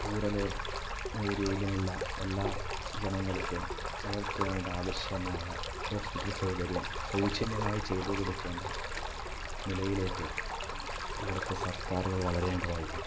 rural എർ ഏരിയേലുള്ള എല്ലാ ജനങ്ങൾക്കും അവർക്ക് വേണ്ട ആവശ്യമായ ഹോസ്പിറ്റൽ സൗകര്യം സൗജന്യമായി ചെയ്ത് കൊടുക്കേണ്ട നിലയിലേക്ക് ഇവിടുത്തെ സർക്കാർ വളരേണ്ടതായിട്ടുണ്ട്